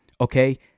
Okay